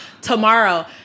tomorrow